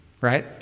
right